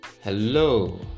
Hello